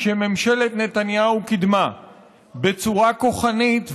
שממשלת נתניהו קידמה בצורה כוחנית ובריונית,